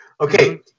Okay